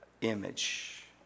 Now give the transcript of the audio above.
image